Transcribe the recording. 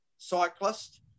cyclist